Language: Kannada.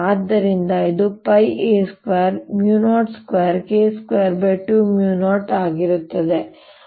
ಆದ್ದರಿಂದ ಇದು a202K220ಆಗಿರುತ್ತದೆ